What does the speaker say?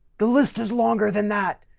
the list is longer than that.